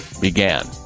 began